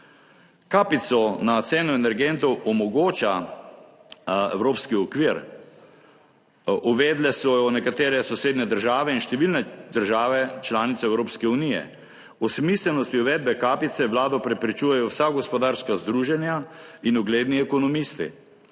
Kapico na ceno energentov omogoča evropski okvir. Uvedle so jo nekatere sosednje države in številne države članice Evropske unije. O smiselnosti uvedbe kapice Vlado preprečujejo vsa gospodarska združenja in ugledni ekonomisti,